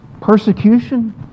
persecution